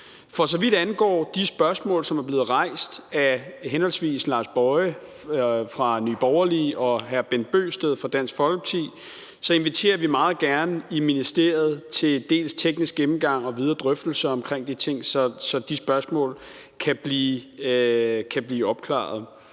For så vidt angår de spørgsmål, som er blevet rejst af henholdsvis hr. Lars Boje Mathiesen fra Nye Borgerlige og hr. Bent Bøgsted for Dansk Folkeparti, inviterer vi i ministeriet meget gerne til en teknisk gennemgang og videre drøftelser af de ting, så de spørgsmål kan blive opklaret.